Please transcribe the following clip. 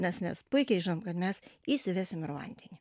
nes mes puikiai žinom kad mes įsivesim ir vandenį